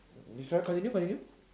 uh you sure continue continue